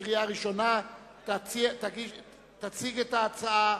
עבר בקריאה שלישית וייכנס לספר החוקים של מדינת ישראל.